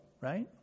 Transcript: right